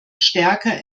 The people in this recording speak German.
stärker